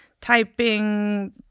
typing